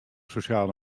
sosjale